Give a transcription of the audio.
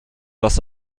das